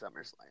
SummerSlam